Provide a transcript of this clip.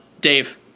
Dave